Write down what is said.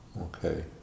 Okay